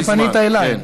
כיוון שפנית אליי,